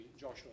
Joshua